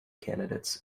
candidates